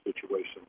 situation